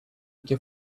які